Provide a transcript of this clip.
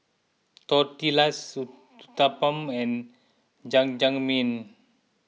Tortillas Uthapam and Jajangmyeon